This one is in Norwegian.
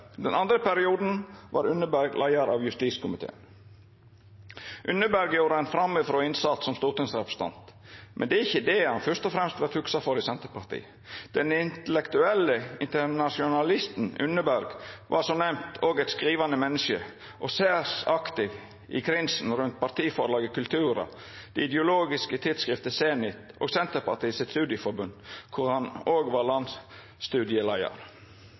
den andre perioden var Unneberg leiar av justiskomiteen. Unneberg gjorde ein framifrå innsats som stortingsrepresentant, men det er ikkje det han fyrst og fremst vert hugsa for i Senterpartiet. Den intellektuelle internasjonalisten Unneberg var som nemnt òg eit skrivande menneske, særs aktiv i krinsen rundt partiforlaget Cultura, det ideologiske tidsskriftet Senit og Senterpartiet sitt studieforbund, der han var